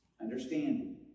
understanding